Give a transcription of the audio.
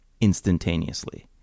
instantaneously